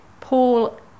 Paul